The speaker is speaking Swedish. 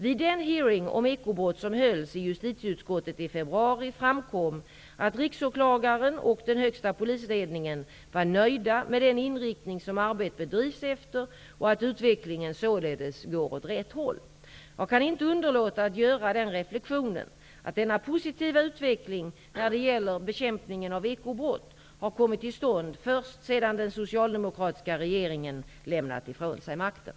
Vid den hearing om ekobrott som hölls i justitieutskottet i februari framkom att Riksåklagaren och den högsta polisledningen var nöjda med den inriktning som arbetet bedrivs efter och att utvecklingen således går åt rätt håll. Jag kan inte underlåta att göra den reflexionen att denna positiva utveckling när det gäller bekämpningen av ekobrott har kommit till stånd först sedan den socialdemokratiska regeringen lämnat ifrån sig makten.